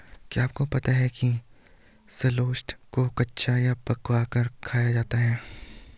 क्या आपको पता है शलोट्स को कच्चा या पकाकर खाया जा सकता है?